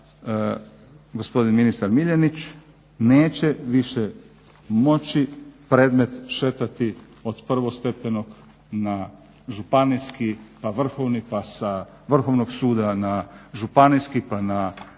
gospodin ministar Miljenić neće više moći predmet šetati od prvostepenog na Županijski, pa Vrhovni, pa sa Vrhovnog suda na Županijski, pa na